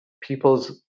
people's